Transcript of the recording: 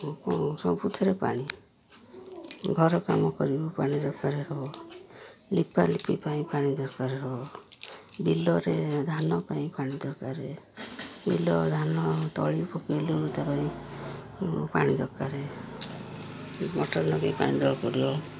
କ ସବୁଥିରେ ପାଣି ଘର କାମ କରିବୁ ପାଣି ଦରକାର ହବ ଲିପାଲିପି ପାଇଁ ପାଣି ଦରକାର ହବ ବିଲରେ ଧାନ ପାଇଁ ପାଣି ଦରକାର ବିଲ ଧାନ ତଳି ପକେଇଲେ ବି ତା' ପାଇଁ ପାଣି ଦରକାର ମଟର ଲଗେଇ ପାଣି ଦେବାକୁ ପଡ଼ିବ